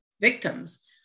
victims